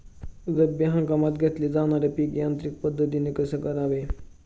रब्बी हंगामात घेतले जाणारे पीक यांत्रिक पद्धतीने कसे करावे?